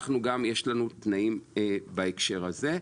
גם לנו יש תנאים בהקשר הזה.